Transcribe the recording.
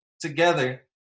together